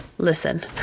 Listen